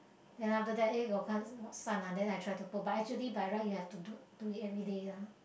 then after eh got sun ah then I try to put but actually by right you have to do do it everyday lah